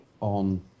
on